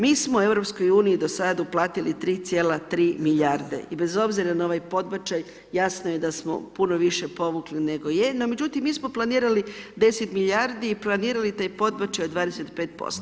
Mi smo u Europskoj uniji do sad uplatili 3,3 milijarde, i bez obzira na ovaj podbačaj, jasno je da samo puno više povukli nego je, no međutim, mi smo planirali 10 milijardi, i planirali taj podbačaj od 25%